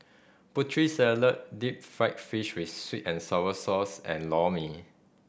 Putri Salad deep fried fish with sweet and sour sauce and Lor Mee